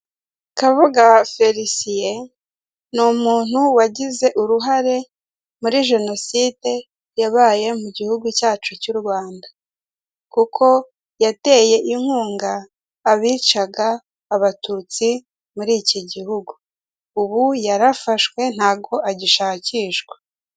Kabuga Felisiye ni umuntu wagize uruhare muri jenoside yabaye mu gihugu cyacu cy'u Rwanda. Kuko yateye inkunga abicaga abatutsi muri iki gihugu, ubu yarafashwe ntago agishakishwa.